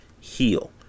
heal